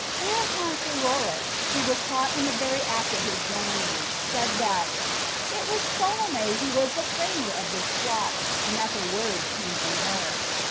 whereupon pheroras, who was caught in the very act of his villainy, said that it was salome who was the framer of this plot, and that the words came from her.